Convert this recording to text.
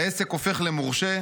העסק הופך למורשֶׁה